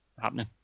happening